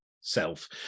self